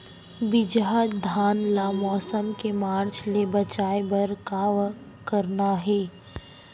बिजहा धान ला मौसम के मार्च ले बचाए बर का करना है?